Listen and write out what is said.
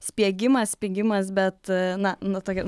spiegimas spygimas bet na nu tokia